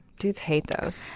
dudes hate those.